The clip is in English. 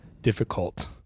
difficult